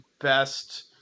best